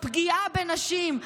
פגיעה בנשים,